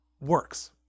works